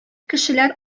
кешеләр